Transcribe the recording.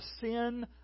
sin